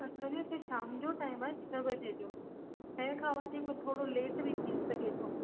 शाम जो टाइम आहे छहें बजे जो छहें खां वठी थोरो लेट बि थी सघे थो